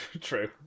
True